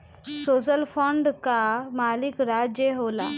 social fund कअ मालिक राज्य होला